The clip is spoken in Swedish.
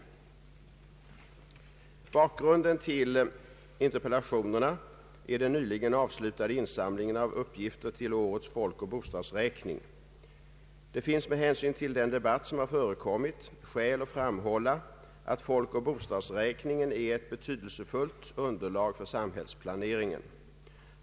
Bakgrunden till interpellationerna är den nyligen avslutade insamlingen av uppgifter till årets folkoch bostadsräkning. Det finns med hänsyn till den debatt som har förekommit skäl att framhålla att folkoch bostadsräkningen är ett betydelsefullt underlag för samhällsplaneringen.